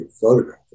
photograph